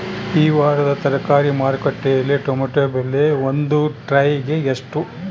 ಈ ವಾರದ ತರಕಾರಿ ಮಾರುಕಟ್ಟೆಯಲ್ಲಿ ಟೊಮೆಟೊ ಬೆಲೆ ಒಂದು ಟ್ರೈ ಗೆ ಎಷ್ಟು?